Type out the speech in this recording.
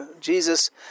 Jesus